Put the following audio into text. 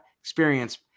experience